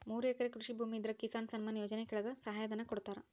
ಮೂರು ಎಕರೆ ಕೃಷಿ ಭೂಮಿ ಇದ್ರ ಕಿಸಾನ್ ಸನ್ಮಾನ್ ಯೋಜನೆ ಕೆಳಗ ಸಹಾಯ ಧನ ಕೊಡ್ತಾರ